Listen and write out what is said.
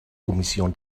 commission